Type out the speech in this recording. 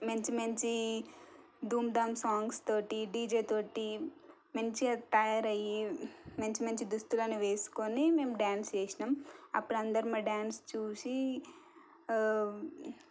మంచి మంచి ధూమ్ ధాం సాంగ్స్తోటి డీజేతోటి మంచిగా తయారయ్యి మంచి మంచి దుస్తులని వేసుకొని మేము డ్యాన్స్ వేసాము అప్పుడు అందరూ మా డ్యాన్స్ చూసి